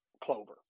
clover